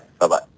Bye-bye